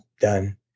done